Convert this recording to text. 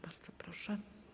Bardzo proszę.